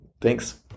Thanks